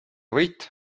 võit